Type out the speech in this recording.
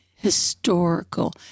Historical